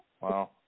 Wow